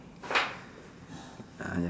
ah ya